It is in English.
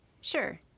Sure